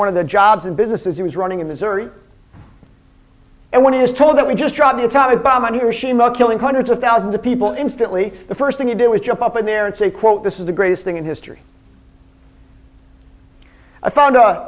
one of the jobs and businesses he was running in missouri and when he was told that we just dropped the atomic bomb on hiroshima killing hundreds of thousands of people instantly the first thing you do is jump up in there and say quote this is the greatest thing in history i found